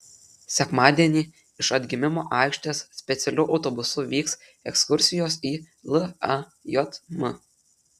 sekmadienį iš atgimimo aikštės specialiu autobusu vyks ekskursijos į lajm